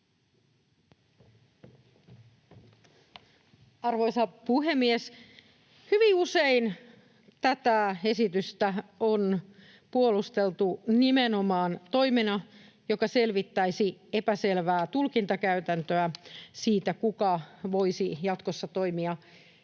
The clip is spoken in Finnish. Arvoisa puhemies! Hyvin usein tätä esitystä on puolusteltu nimenomaan toimena, joka selvittäisi epäselvää tulkintakäytäntöä siitä, kuka voisi jatkossa toimia